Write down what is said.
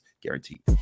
guaranteed